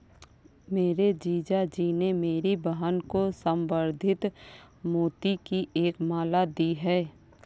मेरे जीजा जी ने मेरी बहन को संवर्धित मोती की एक माला दी है